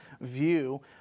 view